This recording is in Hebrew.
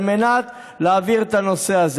על מנת להעביר את הנושא הזה,